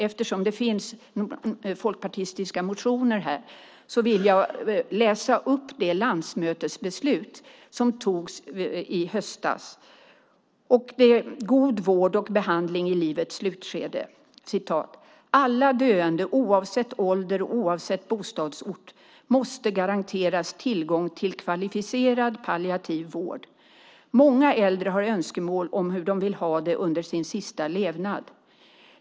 Eftersom det finns folkpartistiska motioner här vill jag läsa upp det landsmötesbeslut som togs i höstas, med rubriken God vård och behandling i livets slutskede: "Alla döende oavsett ålder och oavsett bostadsort måste garanteras tillgång till kvalificerad palliativ vård. Många äldre har önskemål om hur de vill ha det under sin sista levnad.